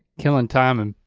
killin' time and